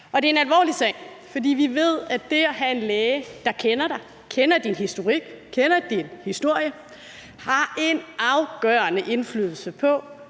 Det er en alvorlig sag, for vi ved, at det at have en læge, der kender dig og kender din historik og din historie, har en afgørende indflydelse på,